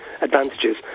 advantages